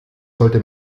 sollte